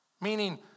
Meaning